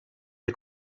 der